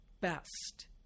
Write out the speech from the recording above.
best